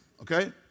Okay